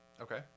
Okay